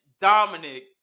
Dominic